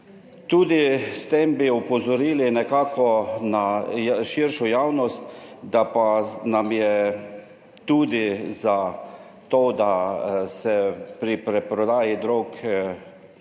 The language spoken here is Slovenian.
Tudi s tem bi opozorili nekako na širšo javnost, da pa nam je tudi za to, da se pri preprodaji drog borimo